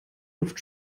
luft